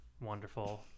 wonderful